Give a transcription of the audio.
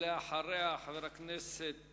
אחריה, חבר הכנסת